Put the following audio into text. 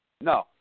No